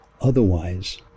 Otherwise